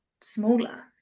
smaller